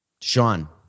Sean